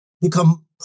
become